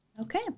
Okay